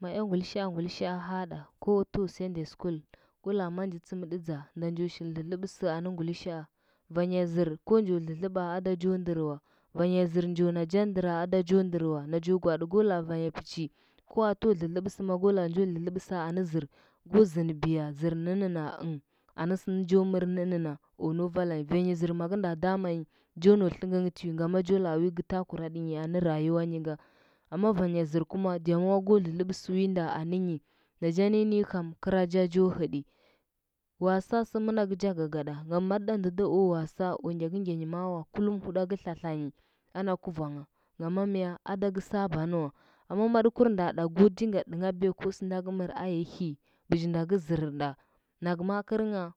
ma za ngulishaa ngulishaa hahɗa ko to sunday school ko laa ma nji tsɚmɗɚ dza njo shil dlɚdlɚb sɚnɚ ngulishaa, vanya zɚr go njo dlɚdlɚba ada jo ndɚr wa. Vanya zɚr njo na ja ndɚra ada jo ndɚr wa naja gwaaɗi ko aa vanyo pɚchi ko ato dlɚdlɚbsɚ mago laa njo dlɚdlɚbɚ sɚ anɚ zɚr go zɚndɚbiya zɚr nɚnnɚna anɚ sɚn jo mɚr nɚnnɚma o nau vatanyi vanya zɚr maga nda damanyi jo nau tlɚngɚng tiwi gama jo laa nvi gɚ tagura tɚnyi anɚ raguwanyi nga. Amma vanya zɚr kuma the more go dlɚdlɚbɚ sɚ wonda anɚnyi naja nini kam graja jo hɚɗi wasa sɚ mɚnagɚ ja gagaɗa ngam ma tɚ ɗa ndɚ da o wasa o ngyakɚngyanyi ma wa kullum huɗagɚ tlatlanyi ana kurangha ngama mya ada gɚ sabanɚ wa amma matɚnda ɗa ko dinga ɗanghabiya ku sɚnda ga mɚr a yahi bi janda gɚ zɚrnda nake ma gɚrngha.